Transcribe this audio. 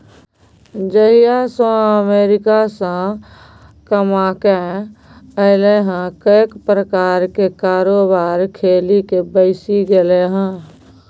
जहिया सँ अमेरिकासँ कमाकेँ अयलाह कैक प्रकारक कारोबार खेलिक बैसि गेलाह